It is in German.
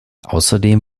außerdem